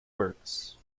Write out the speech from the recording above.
works